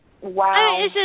wow